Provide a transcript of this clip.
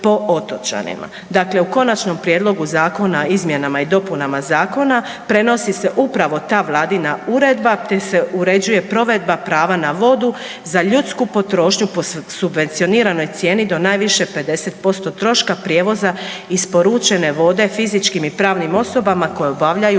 Dakle, u Konačnom prijedlog Zakona o izmjenama i dopunama Zakona prenosi se upravo ta vladina uredba te se uređuje provedba prava na vodu za ljudsku potrošnju po subvencioniranoj cijeni do najviše 50% troška prijevoza isporučene vode fizičkim i pravnim osobama koje obavljaju